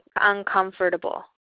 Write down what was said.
uncomfortable